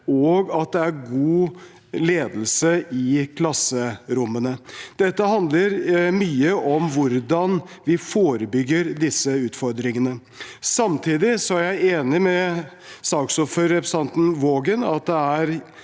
og at det er god ledelse i klasserommene. Dette handler mye om hvordan vi forebygger disse utfordringene. Samtidig er jeg enig med saksordføreren, representanten Waagen, i at det er